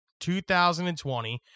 2020